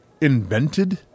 invented